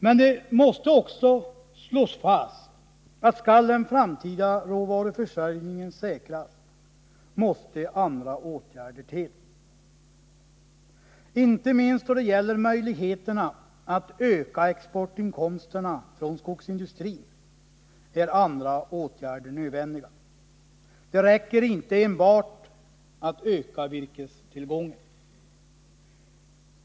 Men det måste också slås fast att skall den framtida råvaruförsörjningen säkras, måste andra åtgärder till. Inte minst då det gäller att öka exportinkomsterna från skogsindustrin, är andra åtgärder nödvändiga. Det räcker inte enbart att öka virkestillgången.